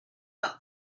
out